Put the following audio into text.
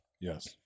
Yes